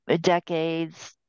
decades